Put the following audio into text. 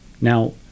Now